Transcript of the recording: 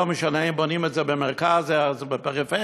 לא משנה אם בונים את זה במרכז הארץ או בפריפריה,